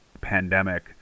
pandemic